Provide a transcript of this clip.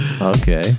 okay